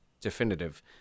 definitive